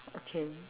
okay